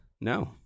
No